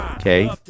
okay